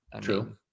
True